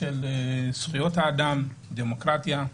של זכויות אדם, דמוקרטיה.